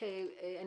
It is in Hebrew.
אני